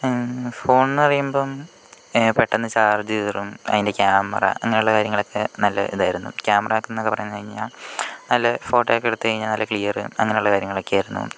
phone എന്ന് പറയുമ്പോൾ പെട്ടെന്ന് ചാർജ്ജ് കയറും അതിൻ്റെ ക്യാമറ അങ്ങനെയുള്ള കാര്യങ്ങളൊക്കെ നല്ല ഇതായിരുന്നു ക്യാമറയെന്ന് പറഞ്ഞു കഴിഞ്ഞാൽ നല്ല ഫോട്ടോയൊക്കെ എടുത്തു കഴിഞ്ഞാൽ നല്ല ക്ലിയറും അങ്ങനെയുള്ള കാര്യങ്ങളൊക്കെ ആയിരുന്നു